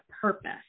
purpose